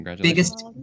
biggest